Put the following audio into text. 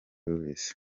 wese